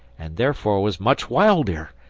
and therefore was much wilder,